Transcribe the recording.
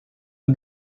uma